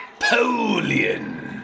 Napoleon